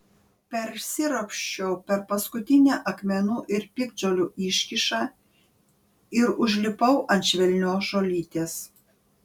persiropščiau per paskutinę akmenų ir piktžolių iškyšą ir užlipau ant švelnios žolytės